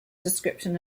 description